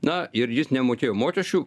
na ir jis nemokėjo mokesčių